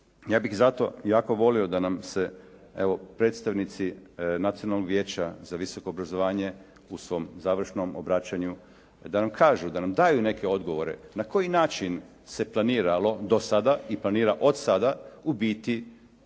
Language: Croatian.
Ja bih zato jako volio da nam se evo predstavnici Nacionalnog vijeća za visoko obrazovanje u svom završnom obraćanju da nam kažu, da nam daju neke odgovore na koji način se planiralo do sada i planira od sada u biti